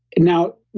now,